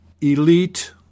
elite